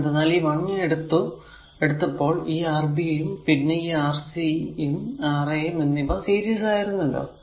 എന്തെന്നാൽ ഈ 1 a എടുത്തപ്പോൾ ഈ Rb യും പിന്നെ Rc c Ra എന്നിവയും സീരിസ് ആയിരുന്നല്ലോ